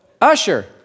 Usher